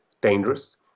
dangerous